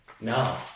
no